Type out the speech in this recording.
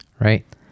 Right